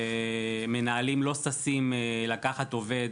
מנהלים לא ששים לקחת עובד